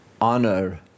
honor